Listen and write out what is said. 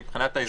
מבחינת האיזון,